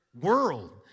world